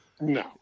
No